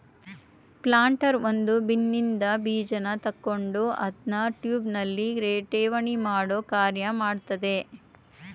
planter ಒಂದು ಬಿನ್ನಿನ್ದ ಬೀಜನ ತಕೊಂಡು ಅದ್ನ ಟ್ಯೂಬ್ನಲ್ಲಿ ಠೇವಣಿಮಾಡೋ ಕಾರ್ಯ ಮಾಡ್ತದೆ